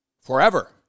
forever